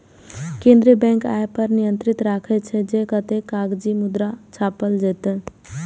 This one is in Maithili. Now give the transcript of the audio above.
केंद्रीय बैंक अय पर नियंत्रण राखै छै, जे कतेक कागजी मुद्रा छापल जेतै